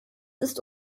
ist